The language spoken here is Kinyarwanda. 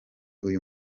uyu